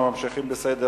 בעד,